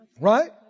Right